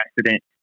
accident